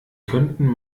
könnten